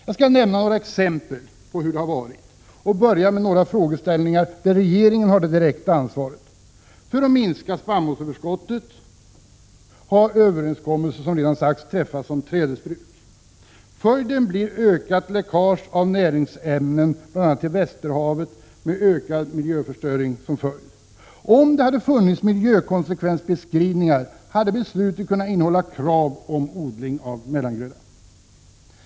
Jag skall nämna några exempel på hur det varit och börjar med några frågeställningar där regeringen har det direkta ansvaret. För att minska spannmålsöverskottet har man, som redan sagts, träffat överenskommelser om trädesbruk. Följden blir ökat läckage av näringsämnen bl.a. till Västerhavet med ökad miljöförstöring som följd. Om det hade funnits miljökonsekvensbeskrivningar hade beslutet kunnat innehålla krav på odling av mellangröda.